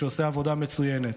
שעושה עבודה מצוינת.